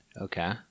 Okay